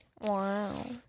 wow